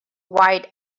white